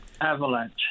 avalanche